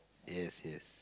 yes yes